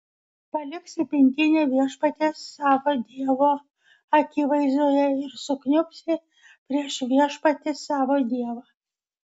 paliksi pintinę viešpaties savo dievo akivaizdoje ir sukniubsi prieš viešpatį savo dievą